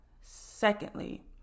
Secondly